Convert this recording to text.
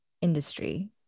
industry